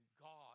God